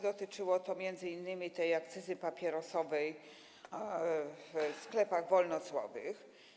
Dotyczy to m.in. tej akcyzy papierosowej w sklepach wolnocłowych.